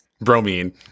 bromine